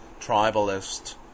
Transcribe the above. tribalist